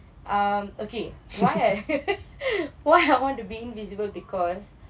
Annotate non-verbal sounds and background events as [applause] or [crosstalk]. um okay why I [laughs] why I want to be invisible because